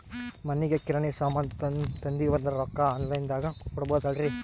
ಮನಿಗಿ ಕಿರಾಣಿ ಸಾಮಾನ ತಂದಿವಂದ್ರ ರೊಕ್ಕ ಆನ್ ಲೈನ್ ದಾಗ ಕೊಡ್ಬೋದಲ್ರಿ?